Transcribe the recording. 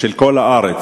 של כל הארץ.